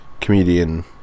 comedian